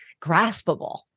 graspable